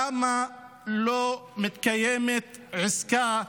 למה לא מתקיימת עסקה,